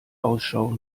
ausschau